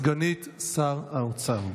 סגנית שר האוצר,